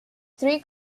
three